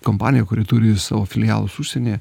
kompanija kuri turi savo filialus užsienyje